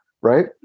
right